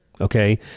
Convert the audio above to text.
okay